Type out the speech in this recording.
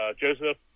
Joseph